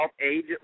age